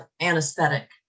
anesthetic